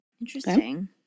Interesting